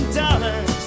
dollars